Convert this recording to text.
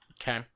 Okay